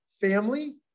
family